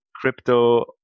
Crypto